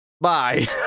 bye